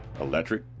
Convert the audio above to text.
Electric